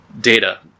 data